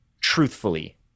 truthfully